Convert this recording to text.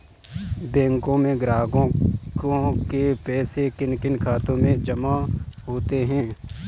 बैंकों में ग्राहकों के पैसे किन किन खातों में जमा होते हैं?